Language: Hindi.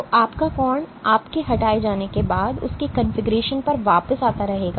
तो आपका कोण आपके हटाए जाने के बाद उसी कॉन्फ़िगरेशन पर वापस आता रहेगा